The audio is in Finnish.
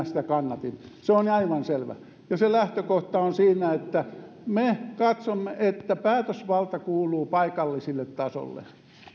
sitä kannatin se on aivan selvä ja se lähtökohta on siinä että me katsomme että päätösvalta kuuluu paikalliselle tasolle